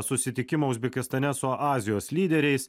susitikimo uzbekistane su azijos lyderiais